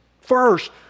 First